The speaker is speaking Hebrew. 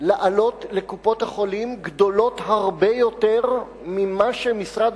להיות לקופות-החולים גדולות הרבה יותר ממה שמשרד